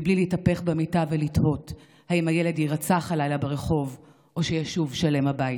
בלי להתהפך במיטה ולתהות אם הילד יירצח הלילה ברחוב או שישוב שלם הביתה,